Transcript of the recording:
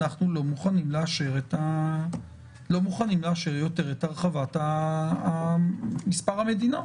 אנחנו לא מוכנים לאשר יותר את הרחבת מספר המדינות.